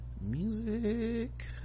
music